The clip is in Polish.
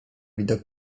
widok